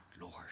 Lord